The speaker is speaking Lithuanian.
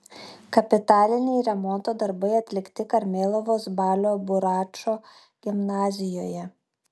kapitaliniai remonto darbai atlikti karmėlavos balio buračo gimnazijoje